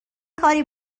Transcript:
کاری